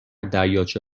دریاچه